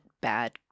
bad